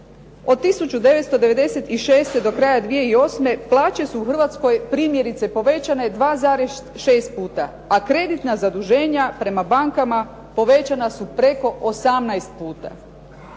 Od 1996. do kraja 2008. plaće su u Hrvatskoj, primjerice povećane 2,6 puta, a kreditna zaduženja prema bankama povećana su preko 18 puta.